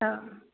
অঁ